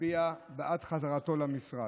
להצביע בעד חזרתו למשרד.